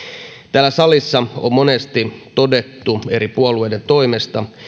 täällä salissa on monesti todettu eri puolueiden toimesta